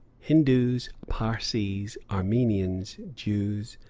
hindoos, parsees, armenians, jews,